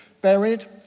buried